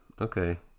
Okay